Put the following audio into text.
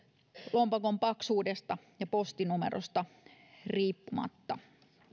lompakon paksuudesta ja postinumerosta riippumatta